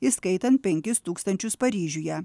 įskaitant penkis tūkstančius paryžiuje